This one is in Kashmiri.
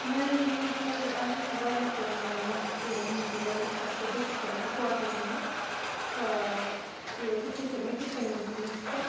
میٛانہِ زِندگی منٛز آیہِ واریاہ تِم وقت ییٚمہِ وِزِ مےٚ اوس اَکھ ڈیسِجَن اِمپاٹَنٛٹ نیُن کہِ بہٕ کِتھ کٔنۍ مےٚ کِتھ کٔنۍ نی تِم ڈیٚسِجَن